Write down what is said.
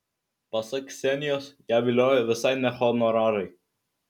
pasak ksenijos ją vilioja visai ne honorarai